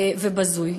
ובזוי.